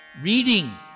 reading